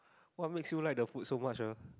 what makes you like the food so much ah